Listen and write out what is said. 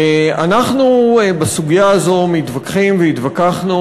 אנחנו בסוגיה הזאת מתווכחים והתווכחנו